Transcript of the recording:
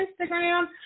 Instagram